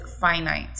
finite